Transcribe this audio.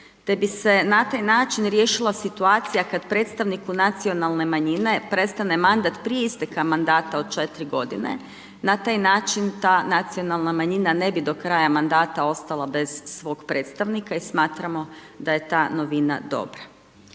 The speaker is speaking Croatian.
te bi se na taj način riješila situacija kad predstavniku nacionalne manjine prestane mandat prije isteka mandat od 4 godine, na taj način ta nacionalna manjina ne bi do kraja mandata ostala bez svog predstavnika i smatramo da je ta novina dobra.